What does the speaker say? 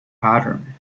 pattern